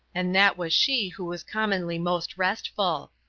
and that was she who was commonly most restful.